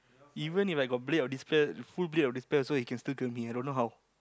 even If I got blade of despair full blade of despair also he can still kill me I don't know how